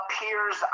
appears